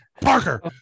Parker